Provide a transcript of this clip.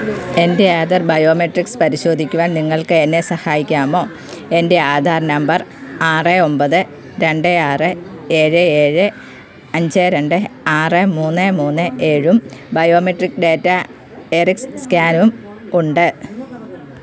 എൻ്റെ ആധാർ ബയോമെട്രിക്സ് പരിശോധിക്കുവാൻ നിങ്ങൾക്ക് എന്നെ സഹായിക്കാമോ എൻ്റെ ആധാർ നമ്പർ ആറ് ഒമ്പത് രണ്ട് ആറ് ഏഴ് ഏഴ് അഞ്ച് രണ്ട് ആറ് മൂന്ന് മൂന്ന് ഏഴും ബയോമെട്രിക് ഡാറ്റ ഐറിസ് സ്കാനും ഉണ്ട്